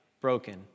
Broken